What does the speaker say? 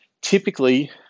typically